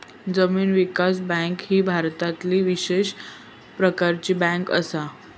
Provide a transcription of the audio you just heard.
जमीन विकास बँक ही भारतातली विशेष प्रकारची बँक असा